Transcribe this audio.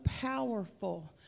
powerful